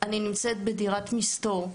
אני נמצאת בדירת מסתור.